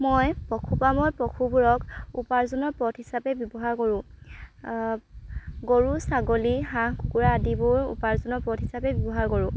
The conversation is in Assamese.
মই পশুপামৰ পশুবোৰক উপাৰ্জনৰ পথ হিচাপে ব্যৱহাৰ কৰোঁ গৰু ছাগলী হাঁহ কুকুৰা আদিবোৰ উপাৰ্জনৰ পথ হিচপে ব্যৱহাৰ কৰোঁ